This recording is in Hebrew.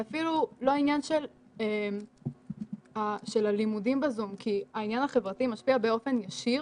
זה אפילו לא עניין של הלימודים בזום כי העניין החברתי משפיע באופן ישיר